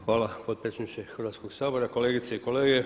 Hvala potpredsjedniče Hrvatskog sabora, kolegice i kolege.